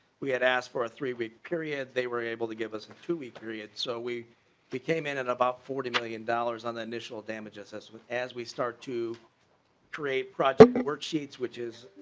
we had asked for a three week period. they were able to give us two week period. so we we came in at about forty million dollars on the initial damage assessment as we start to create project and worksheets which is.